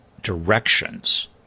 directions